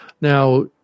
Now